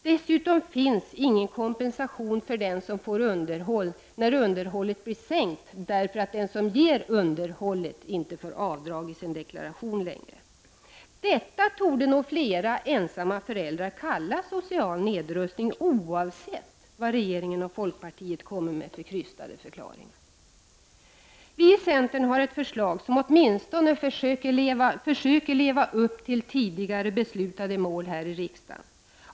Dessutom finns det ingen kompensation för den som får underhåll, när underhållet blir sänkt eftersom den som ger underhåll inte längre får göra avdrag i sin deklaration. Detta torde nog flera ensamma föräldrar kalla social nedrustning, oavsett vad regeringen och folkpartiet kommer med för krystade förklaringar. Vi i centern har ett förslag som åtminstone försöker leva upp till tidigare beslutade mål här i riksdagen.